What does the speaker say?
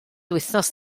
wythnos